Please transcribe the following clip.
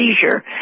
seizure